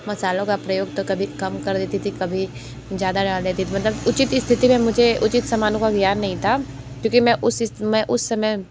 मसालों का प्रयोग तो कभी कम कर देती थी कभी ज़्यादा डाल देती थी मतलब उचित स्थिति में मुझे उचित समानों का ज्ञान नहीं था क्योंकि मैं उस मैं उस समय